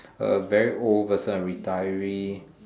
a very old person a retiree